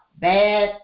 bad